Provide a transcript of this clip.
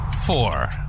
Four